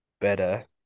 better